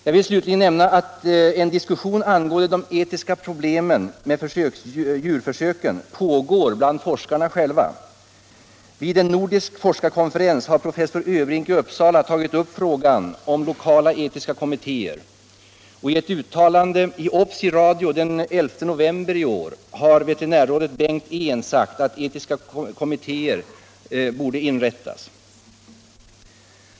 Jag vill nämna att en diskussion angående de etiska problemen med djurförsöken pågår bland forskarna själva. Vid en nordisk forskarkonferens har professor Karl Johan Öbrink i Uppsala tagit upp frågan om lokala etiska kommittéer, och i ett uttalande i OBS! i radio den 11 november i år har veterinärrådet Bengt Ehn sagt att etiska kommittéer borde inrättas.